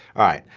alright,